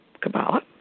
Kabbalah